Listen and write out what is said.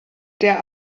der